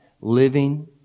living